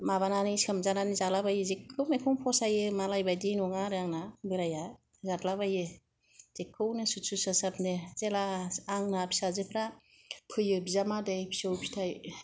माबानानै सोमजानानै जालाबायो जेखौ मेखौनो फसायो मालाय बायदि नङा आरो आंना बोराया जादलाबायो जेखौनो सुद सुद साद सादनो जेला आंना फिसाजोफ्रा फैयो बिजामादै फिसौ फिथाइ